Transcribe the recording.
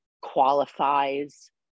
qualifies